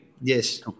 Yes